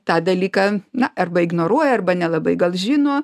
tą dalyką na arba ignoruoja arba nelabai gal žino